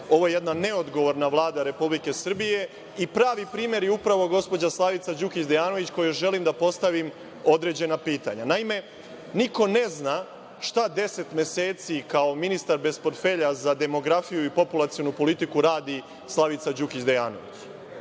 Ovo je jedna neodgovorna Vlada Republike Srbije i pravi primer je upravo gospođa Slavica Đukić Dejanović kojoj želim da postavim određena pitanja. Naime, niko ne zna šta 10 meseci kao ministar bez portfelja za demografiju i populacionu politiku radi Slavica Đukić Dejanović. Tek